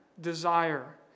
desire